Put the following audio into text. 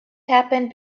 happened